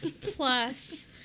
Plus